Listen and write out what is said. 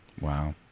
Wow